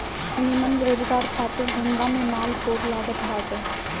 निमन रोजगार खातिर धंधा में माल खूब लागत बाटे